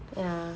ya